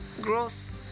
gross